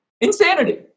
Insanity